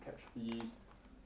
catch fish